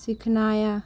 सिखनाइ